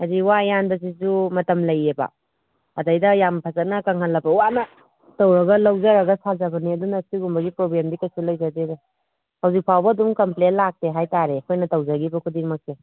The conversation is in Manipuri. ꯍꯥꯏꯗꯤ ꯋꯥ ꯌꯥꯟꯕꯁꯤꯁꯨ ꯃꯇꯝ ꯂꯩꯌꯦꯕ ꯑꯗꯩꯗ ꯌꯥꯝ ꯐꯖꯅ ꯀꯪꯍꯜꯂꯕ ꯋꯥꯅ ꯇꯧꯔꯒ ꯂꯧꯖꯔꯒ ꯁꯥꯖꯕꯅꯦ ꯑꯗꯨꯅ ꯁꯤꯒꯨꯝꯕꯒꯤ ꯄ꯭ꯔꯣꯕ꯭ꯂꯦꯝꯗꯤ ꯀꯩꯁꯨ ꯂꯩꯖꯗꯦꯗ ꯍꯧꯖꯤꯛ ꯐꯥꯎꯕ ꯑꯗꯨꯝ ꯀꯝꯄ꯭ꯂꯦꯟ ꯂꯥꯛꯇꯦ ꯍꯥꯏꯇꯥꯔꯦ ꯑꯩꯈꯣꯏꯅ ꯇꯧꯖꯈꯤꯕ ꯈꯨꯗꯤꯡꯃꯛꯁꯦ